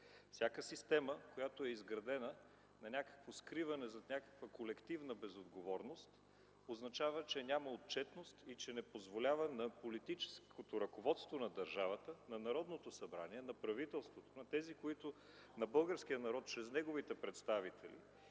Всяка система, която е изградена на някакво скриване зад някаква колективна безотговорност, означава, че няма отчетност и че не позволява на политическото ръководство на държавата, на Народното събрание, на правителството, на българския народ чрез неговите представители,